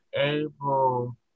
able